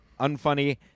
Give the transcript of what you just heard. unfunny